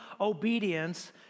obedience